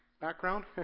background